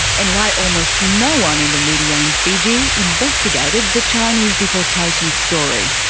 and why almost no one in the media in fiji investigated the chinese deportation story.